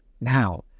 now